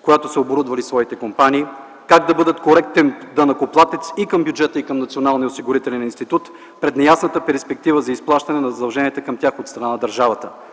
с която са оборудвали своите компании; как да бъдат коректен данъкоплатец и към бюджета, и към Националния осигурителен институт пред неясната перспектива за изплащане на задълженията към тях от страна на държавата;